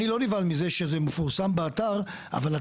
אני לא נבהל מזה שזה מפורסם באתר שבו